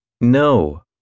No